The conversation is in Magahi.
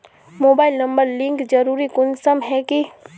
मोबाईल नंबर लिंक जरुरी कुंसम है की?